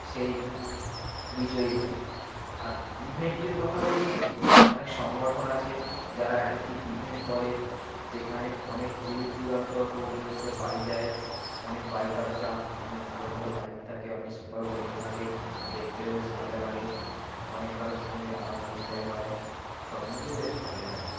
সেই বিজয়ী হয় আর ইভেন্টের কথা বলতে অনেক সংগঠন আছে যারা এক একটি ইভেন্ট করে যেখানে অনেক দূর দূরান্তর পর্যন্ত পাড়ি দেয় অনেক বাইকার্সরা অনেক ভালো ভালো বাইক থাকে অনেক সুপার বাইকও থাকে দেখতেও বেশ মজা লাগে অনেক কারোর সঙ্গে আলাপ পরিচয় হয় সব মিলিয়ে বেশ ভালোই লাগে